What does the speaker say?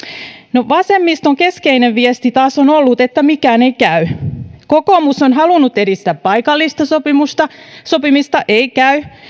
no vasemmiston keskeinen viesti taas on ollut että mikään ei käy kokoomus on halunnut edistää paikallista sopimista ei käy